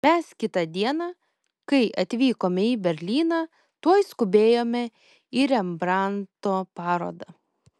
mes kitą dieną kai atvykome į berlyną tuoj skubėjome į rembrandto parodą